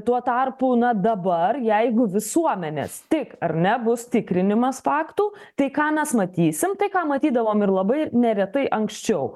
tuo tarpu na dabar jeigu visuomenės tik ar ne bus tikrinimas faktų tai ką mes matysim tai ką matydavom ir labai neretai anksčiau